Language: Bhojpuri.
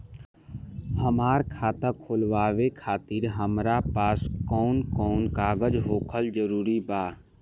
हमार खाता खोलवावे खातिर हमरा पास कऊन कऊन कागज होखल जरूरी बा?